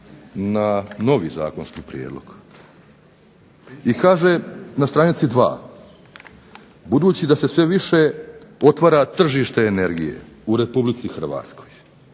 na novi zakonski prijedlog. I kaže na stranici 2, budući da se sve više otvara tržište energije u Republici Hrvatskoj,